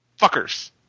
Fuckers